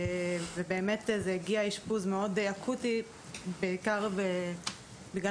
ובאמת הגיע אשפוז מאוד אקוטי בעיקר בגלל